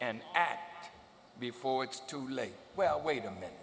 act before it's too late well wait a minute